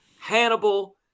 Hannibal